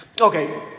Okay